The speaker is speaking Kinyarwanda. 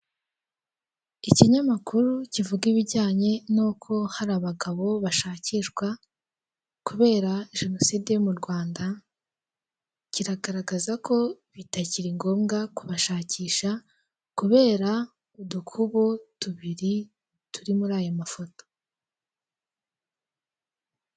Ikinyamakuru kivuga ibijyanye n'uko hari abagabo bashakishwa, kubera jenoside yo mu Rwanda, kiragaragaza ko bitakiri ngombwa kubashakisha, kubera udukubo tubiri turi muri aya mafoto.